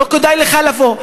לא כדאי לבוא.